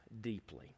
deeply